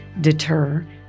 deter